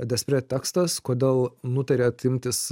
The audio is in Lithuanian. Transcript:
despre tekstas kodėl nutarėt imtis